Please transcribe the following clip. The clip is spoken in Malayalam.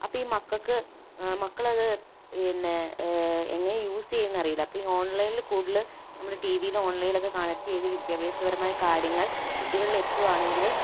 അപ്പോൾ ഈ മക്കൾക്ക് മക്കളത് പിന്നെ എങ്ങനെ യൂസെയ്യുമെന്ന് അറിയില്ല അപ്പോൾ ഓൺലൈനിൽ കൂടുതൽ നമ്മള് ടി വി യിലും ഓൺലൈനിലും ഒക്കെ കണക്ട് ചെയ്ത് വിദ്യഭ്യാസപരമായ കാര്യങ്ങൾ കുട്ടികളിലെത്തുവാണെങ്കില്